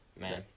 Man